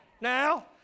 Now